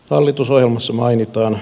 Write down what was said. hallitusohjelmassa mainitaan